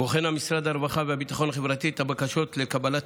בוחן משרד הרווחה והביטחון החברתי את הבקשות לקבלת